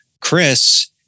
Chris